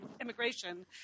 immigration